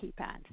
keypad